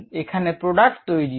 এখানে প্রোডাক্ট তৈরি হয়